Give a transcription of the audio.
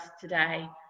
today